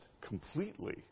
completely